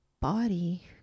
body